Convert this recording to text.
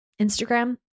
Instagram